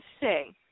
say